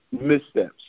missteps